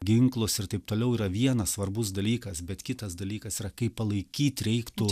ginklus ir taip toliau yra vienas svarbus dalykas bet kitas dalykas yra kaip palaikyt reiktų